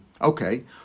Okay